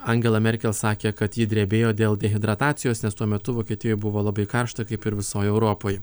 angela merkel sakė kad ji drebėjo dėl dehidratacijos nes tuo metu vokietijoj buvo labai karšta kaip ir visoj europoj